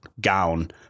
gown